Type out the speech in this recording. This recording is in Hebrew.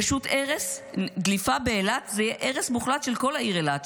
פשוט דליפה באילת זה יהיה הרס מוחלט של כל העיר אילת,